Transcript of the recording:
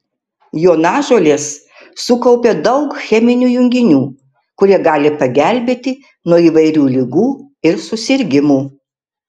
jonažolės sukaupia daug cheminių junginių kurie gali pagelbėti nuo įvairių ligų ir susirgimų